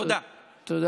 תודה.